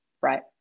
Right